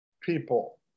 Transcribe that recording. people